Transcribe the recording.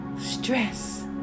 stress